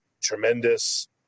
tremendous